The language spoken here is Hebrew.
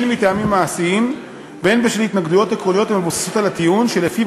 הן מטעמים מעשיים והן בשל התנגדויות עקרוניות המבוססות על הטיעון שלפיו